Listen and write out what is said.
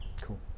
cool